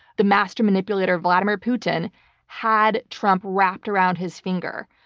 the master manipulator vladimir putin had trump wrapped around his finger.